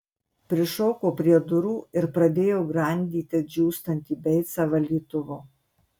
prišoko prie durų ir pradėjo grandyti džiūstantį beicą valytuvu